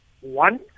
One